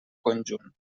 conjunt